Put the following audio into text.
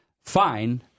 Fine